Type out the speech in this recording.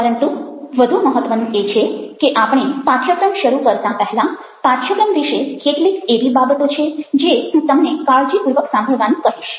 પરંતુ વધુ મહત્વનું એ છે કે આપણે પાઠ્યક્રમ શરૂ કરતાં પહેલાંપાઠ્યક્રમ વિશે કેટલીક એવી બાબતો છે જે હું તમને કાળજીપૂર્વક સાંભળવાનું કહીશ